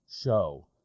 show